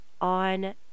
on